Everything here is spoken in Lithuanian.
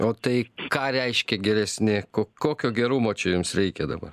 o tai ką reiškia geresni ko kokio gerumo čia jums reikia dabar